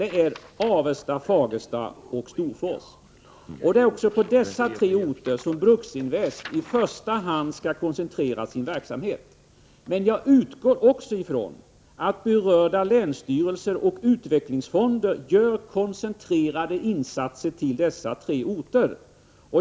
Det är Avesta, Fagersta och Storfors. Det är också på dessa tre orter som Bruksinvest i första hand skall koncentrera sin verksamhet. Jag utgår emellertid ifrån att berörda länsstyrelser och utvecklingsfonder genomför koncentrerade insatser på dessa tre orter.